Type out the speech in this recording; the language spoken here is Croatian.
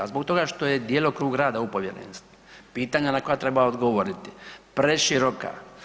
Zbog toga što je djelokrug rada ovog povjerenstva, pitanja na koja treba odgovoriti preširoka.